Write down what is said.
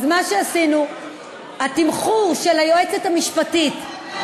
אז מה שעשינו, התמחור של היועצת המשפטית,